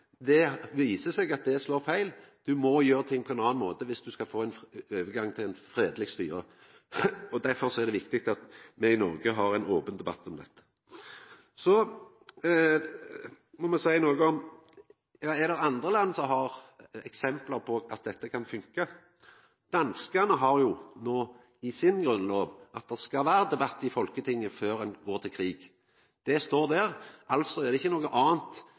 Det viser seg at det slår feil. Du må gjera ting på ein annan måte dersom du skal få ein overgang til eit fredeleg styre. Derfor er det viktig at me i Noreg har ein open debatt om dette. Så må eg seia noko om det er andre land som har eksempel på at dette kan funka. Danskane har nå i si grunnlov at det skal vera debatt i Folketinget før ein går til krig – det står der. Det er altså ikkje noko anna